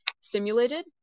stimulated